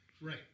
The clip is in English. Right